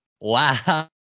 Wow